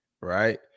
right